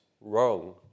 wrong